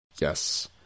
Yes